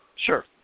Sure